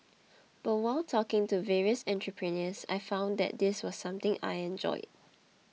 but while talking to various entrepreneurs I found that this was something I enjoyed